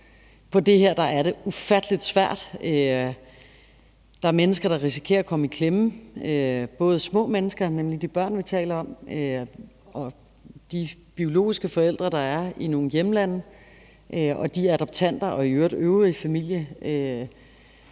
På det her område er det ufattelig svært. Der er mennesker, der risikerer at komme i klemme, både små mennesker, nemlig de børn, vi taler om; de biologiske forældre, der er i nogle hjemlande: og adoptanterne og i øvrigt den øvrige familie